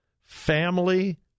Family